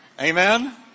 Amen